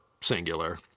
singular